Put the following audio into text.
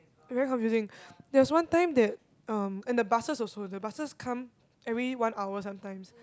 very confusing there's one time that um and the buses also the buses come every one hour sometimes